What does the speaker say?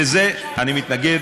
לזה אני מתנגד.